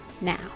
now